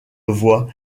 voie